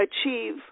achieve